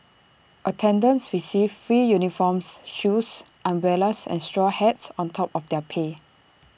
attendants received free uniforms shoes umbrellas and straw hats on top of their pay